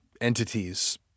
entities